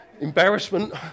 Embarrassment